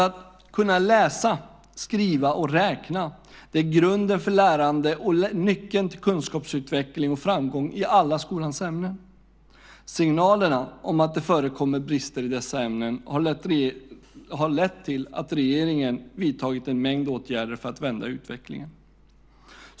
Att kunna läsa, skriva och räkna är grunden för lärande och nyckeln till kunskapsutveckling och framgång i alla skolans ämnen. Signalerna om att det förekommer brister i dessa ämnen har lett till att regeringen har vidtagit en mängd åtgärder för att vända utvecklingen.